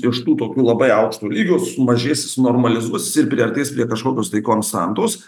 iš tų tokių labai aukšto lygio sumažės normalizuosis ir priartės prie kažkokios tai konstantos